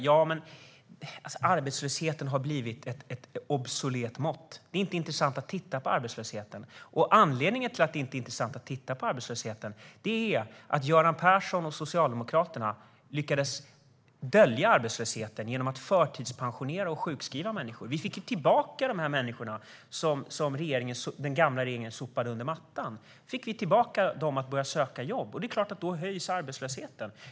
Ja, men arbetslösheten har blivit ett obsolet mått. Det är inte intressant att titta på arbetslösheten. Anledningen till att det inte är intressant är att Göran Persson och Socialdemokraterna lyckades dölja arbetslösheten genom att förtidspensionera och sjukskriva människor. Vi fick tillbaka de människor den gamla regeringen sopade under mattan. Vi fick tillbaka dem till att börja söka jobb, och det är klart att arbetslösheten då höjs.